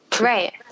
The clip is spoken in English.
Right